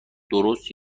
درست